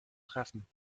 treffen